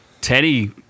Teddy